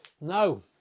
No